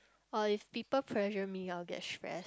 or if people pressure me I'll get stress